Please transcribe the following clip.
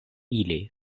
ili